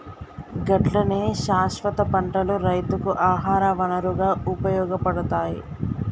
గట్లనే శాస్వత పంటలు రైతుకు ఆహార వనరుగా ఉపయోగపడతాయి